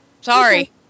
Sorry